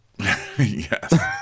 Yes